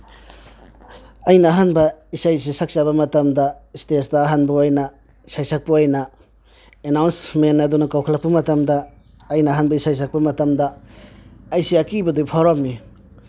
ꯑꯩꯅ ꯑꯍꯥꯟꯕ ꯏꯁꯩꯁꯤ ꯁꯛꯆꯕ ꯃꯇꯝꯗ ꯏꯁꯇꯦꯁꯇ ꯑꯍꯥꯟꯕ ꯑꯣꯏꯅ ꯁꯩꯁꯛꯄ ꯑꯣꯏꯅ ꯑꯦꯅꯥꯎꯟꯁꯃꯦꯟ ꯑꯗꯨꯅ ꯀꯧꯈꯠꯂꯛꯄ ꯃꯇꯝꯗ ꯑꯩꯅ ꯑꯍꯥꯟꯕ ꯏꯁꯩ ꯁꯛꯄ ꯃꯇꯝꯗ ꯑꯩꯁꯤ ꯑꯀꯤꯕꯗꯤ ꯐꯥꯎꯔꯝꯃꯤ